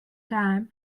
time